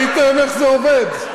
ראיתם איך זה עובד?